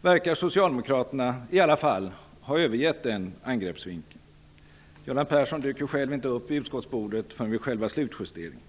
verkar Socialdemokraterna i alla fall ha övergett den angreppsvinkeln. Göran Persson dök ju själv inte upp vid utskottsbordet förrän vid själva slutjusteringen.